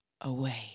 Away